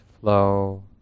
flow